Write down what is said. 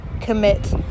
commit